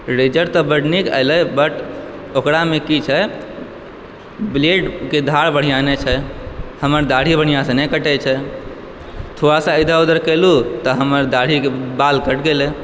razor तऽ बड्ड नीक अयलै बट ओकरामे कि छै ब्लेड के धार बढ़िया नै छै हमर दाढ़ी बढ़िया से नै कटै छै थोड़ा सा इधर उधर कयलू तऽ हमर दाढ़ीकऽ बाल कटि गेलै